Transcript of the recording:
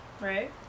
Right